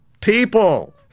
people